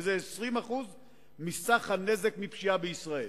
וזה 20% מסך הנזק מפשיעה בישראל,